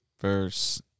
verse